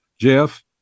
Jeff